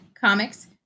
comics